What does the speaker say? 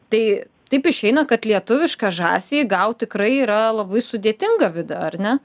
tai taip išeina kad lietuvišką žąsį gaut tikrai yra labai sudėtinga vida ar ne